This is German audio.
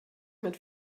mit